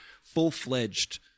full-fledged